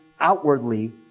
outwardly